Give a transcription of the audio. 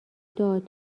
داد